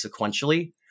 sequentially